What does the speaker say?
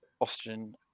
Austrian